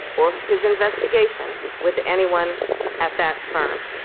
or his investigation with anyone at that firm